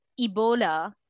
Ebola